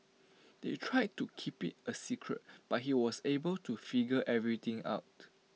they tried to keep IT A secret but he was able to figure everything out